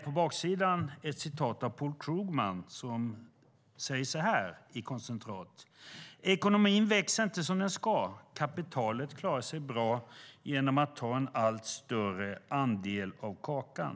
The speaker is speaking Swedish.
På baksidan finns ett citat av Paul Krugman, som i koncentrat säger så här: "Ekonomin växer inte som den ska. Kapitalet klarar sig bra genom att ta en allt större del av kakan.